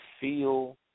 feel